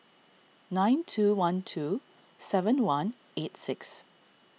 nine two one two seven one eight six